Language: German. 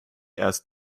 erst